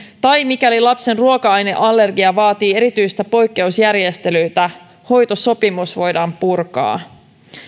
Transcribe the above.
tai mikäli lapsen ruoka aineallergia vaatii erityisiä poikkeusjärjestelyitä hoitosopimus voidaan purkaa